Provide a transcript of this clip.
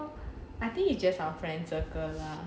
what the hell I think it's just our friends circle lah